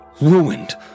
ruined